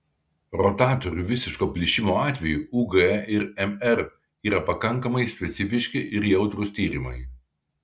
rotatorių visiško plyšimo atveju ug ir mr yra pakankamai specifiški ir jautrūs tyrimai